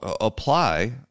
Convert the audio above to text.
apply